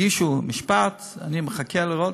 הגישו משפט, אני מחכה לראות.